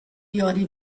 یاری